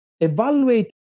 evaluate